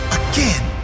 again